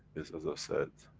is as i said,